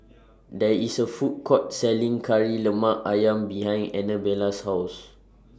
There IS A Food Court Selling Kari Lemak Ayam behind Anabella's House